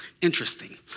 interesting